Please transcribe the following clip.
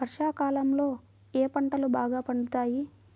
వర్షాకాలంలో ఏ పంటలు బాగా పండుతాయి?